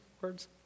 words